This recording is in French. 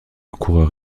coureur